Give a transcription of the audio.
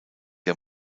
der